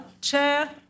chair